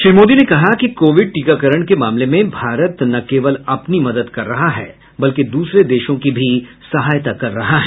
श्री मोदी ने कहा कि कोविड टीकाकरण के मामले में भारत न केवल अपनी मदद कर रहा है बल्कि दूसरे देशों की भी सहायता कर रहा है